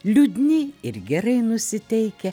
liūdni ir gerai nusiteikę